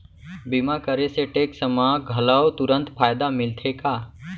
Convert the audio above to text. बीमा करे से टेक्स मा घलव तुरंत फायदा मिलथे का?